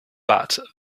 but